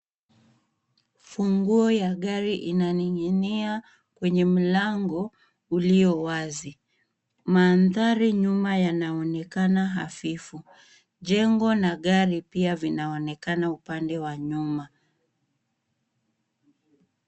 Funguo ya gari inaning'inia kwenye mlango ulio wazi. Mandhari nyuma yanaonekana hafifu. Jengo na gari pia vinaonekana upande wa nyuma.